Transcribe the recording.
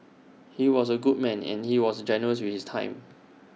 he was A good man and he was generous with his time